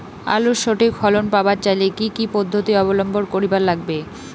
আলুর সঠিক ফলন পাবার চাইলে কি কি পদ্ধতি অবলম্বন করিবার লাগবে?